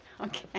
Okay